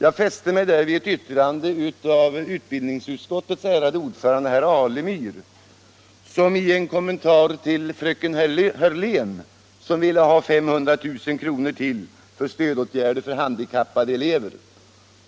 Jag fäste mig då vid ett yttrande av utbildningsutskottets ärade ordförande herr Alemyr i en kommentar till fröken Hörlén, som ville ha ytterligare 500 000 kr. till stödåtgärder för handikappade elever.